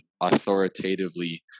authoritatively